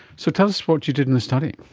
so tell us what you did in the study?